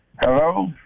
Hello